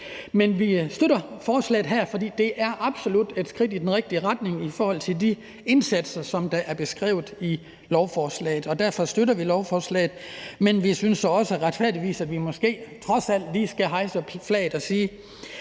Men vi støtter forslaget her. For det er absolut et skridt i den rigtige retning i forhold til de indsatser, der er beskrevet i lovforslaget, og derfor støtter vi det. Men vi synes retfærdigvis også, at vi måske trods alt lige skal hejse flaget